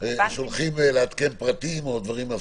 בקשה לעדכון פרטים.